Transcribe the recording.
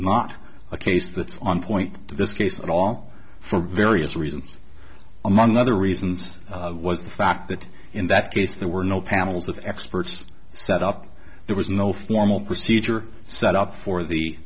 not a case that's on point to this case at all for various reasons among other reasons was the fact that in that case there were no panels of experts set up there was no formal procedure set up for the